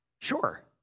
Sure